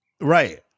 Right